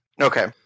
Okay